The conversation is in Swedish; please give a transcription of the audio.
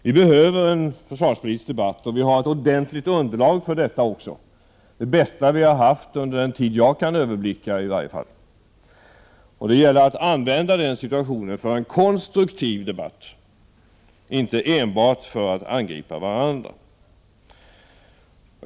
Vi behöver en försvarspolitisk debatt, och vi har också ett ordentligt underlag för en sådan — det bästa vi haft under den tid som i varje fall jag kan överblicka. Det gäller att använda den situationen för en konstruktiv debatt, inte enbart för att angripa varandra.